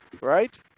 right